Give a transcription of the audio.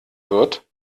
wird